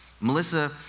Melissa